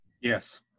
Yes